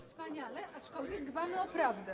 Wspaniale, aczkolwiek dbamy o prawdę.